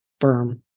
berm